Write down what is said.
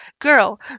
Girl